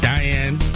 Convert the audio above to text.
Diane